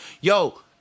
Yo